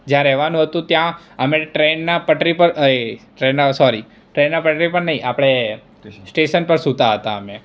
જ્યાં રહેવાનું હતું ત્યાં અમે ટ્રેનના પટરી પર એય સોરી ટ્રેનના પટરી પર નહીં આપણે સ્ટેશન પર સુતાં હતાં અમે